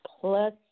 plus